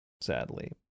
sadly